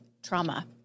trauma